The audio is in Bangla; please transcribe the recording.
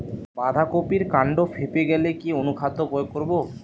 বাঁধা কপির কান্ড ফেঁপে গেলে কি অনুখাদ্য প্রয়োগ করব?